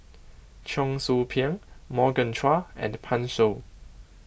Cheong Soo Pieng Morgan Chua and Pan Shou